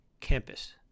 campus